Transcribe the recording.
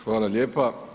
Hvala lijepa.